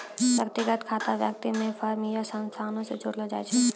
व्यक्तिगत खाता व्यक्ति के फर्म या संस्थानो से जोड़लो जाय छै